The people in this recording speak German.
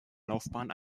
laufbahn